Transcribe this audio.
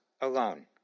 alone